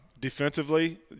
Defensively